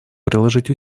приложить